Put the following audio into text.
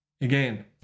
Again